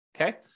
okay